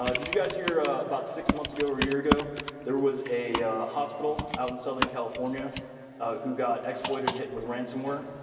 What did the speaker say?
ah did you guys hear about six months ago or a year ago there was a hospital out in southern california who got exploited and hit with ransomware?